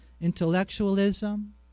intellectualism